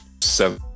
seven